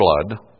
blood